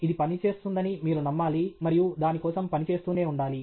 ఇది పని చేస్తుందని మీరు నమ్మాలి మరియు దాని కోసం పని చేస్తూనే ఉండాలి